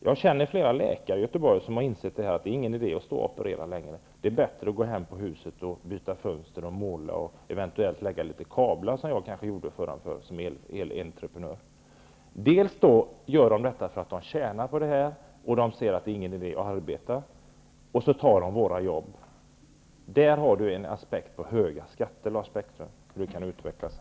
Jag känner flera läkare i Göteborg som har insett att det inte är någon idé att stå och operera längre. Det är bättre att gå hem till huset och byta fönster, måla och eventuellt lägga kablar -- som jag som elentreprenör gjorde förr om åren. De gör så eftersom de tjänar på det och de anser att det inte är någon idé att arbeta. Så tar de i stället våra jobb. Där får Lars Bäckström en aspekt på frågan om höga skatter.